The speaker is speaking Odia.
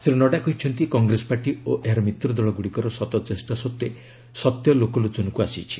ଶ୍ରୀ ନଡ୍ଡା କହିଛନ୍ତି କଂଗ୍ରେସ ପାର୍ଟି ଓ ଏହାର ମିତ୍ଦଳ ଗୁଡ଼ିକର ଶତ ଚେଷ୍ଟା ସତ୍ତ୍ୱେ ସତ୍ୟ ଲୋକଲୋଚନକୁ ଆସିଛି